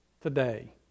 today